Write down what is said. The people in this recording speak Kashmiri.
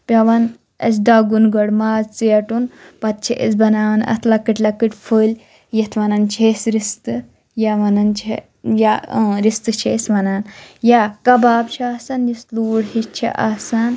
پٮ۪وان اَسہِ دَگُن گۄڈٕ ماز ژیٹُن پَتہٕ چھِ أسۍ بَناوان اَتھ لۅکٕٹۍ لۅکٕٹۍ فٔلۍ یَتھ وَنان چھِ أسۍ رِستہٕ یا وَنان چھِ یا رِستہٕ چھِ أسۍ وَنان یا کَباب چھِ آسان یُس لوٗر ہِش چھِ آسان